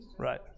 Right